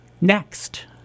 next